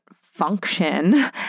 function